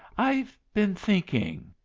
i've been thinking.